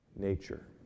nature